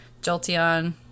jolteon